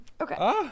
Okay